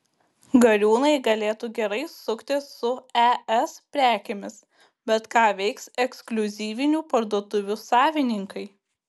gariūnai galėtų gerai suktis su es prekėmis bet ką veiks ekskliuzyvinių parduotuvių savininkai